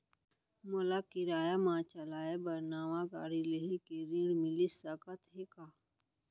मोला किराया मा चलाए बर नवा गाड़ी लेहे के ऋण मिलिस सकत हे का?